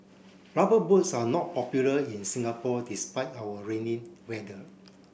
rubber boots are not popular in Singapore despite our rainy weather